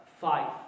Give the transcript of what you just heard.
five